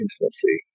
intimacy